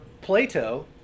Plato